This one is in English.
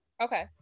Okay